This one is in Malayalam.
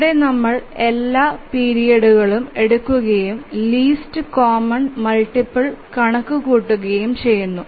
ഇവിടെ നമ്മൾ എല്ലാ പിരീഡുകളും എടുക്കുകയും ലീസ്റ്റ് കോമൺ മൾട്ടിപ്പിൾ കണക്കുകൂട്ടുകയും ചെയ്യുന്നു